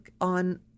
on